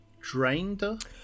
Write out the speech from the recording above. drained